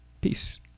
Peace